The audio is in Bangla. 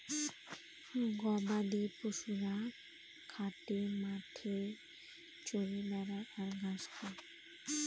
গবাদি পশুরা ঘাটে মাঠে চরে বেড়ায় আর ঘাস খায়